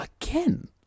again